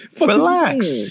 Relax